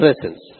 presence